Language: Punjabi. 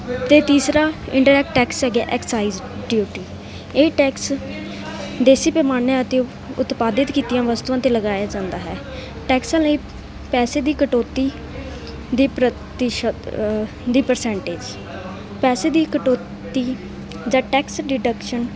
ਅਤੇ ਤੀਸਰਾ ਇੰਨਡਾਇਰੈਕਟ ਟੈਕਸ ਹੈਗਾ ਐਕਸਾਈਜ਼ ਡਿਊਟੀ ਇਹ ਟੈਕਸ ਦੇਸੀ ਪੈਮਾਨੇ ਅਤੇ ਉਤਪਾਦਿਤ ਕੀਤੀਆਂ ਵਸਤੂਆਂ 'ਤੇ ਲਗਾਇਆ ਜਾਂਦਾ ਹੈ ਟੈਕਸਾਂ ਲਈ ਪੈਸੇ ਦੀ ਕਟੌਤੀ ਦੇ ਪ੍ਰਤੀਸ਼ਤ ਦੀ ਪ੍ਰਸੈਂਟਿਜ਼ ਪੈਸੇ ਦੀ ਕਟੌਤੀ ਜਾਂ ਟੈਕਸ ਡਿਡਕਸ਼ਨ